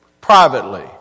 ...privately